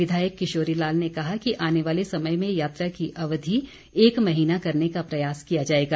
विधायक किशोरी लाल ने कहा कि आने वाले समय में यात्रा की अवधि एक महीना करने का प्रयास किया जाएगा